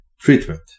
Treatment